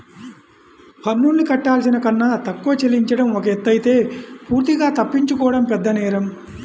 పన్నుల్ని కట్టాల్సిన కన్నా తక్కువ చెల్లించడం ఒక ఎత్తయితే పూర్తిగా తప్పించుకోవడం పెద్దనేరం